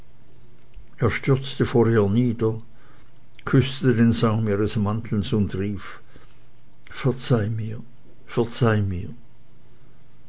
er stürzte vor ihr nieder küßte den saum ihres mantels und rief verzeih mir verzeih mir